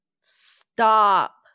stop